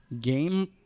Game